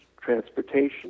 transportation